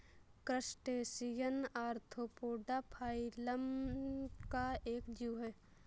crustacean arthropoda phylum का एक जीव है